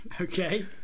Okay